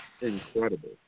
incredible